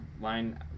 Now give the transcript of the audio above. line